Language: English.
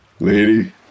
Lady